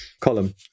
column